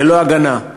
ללא הגנה,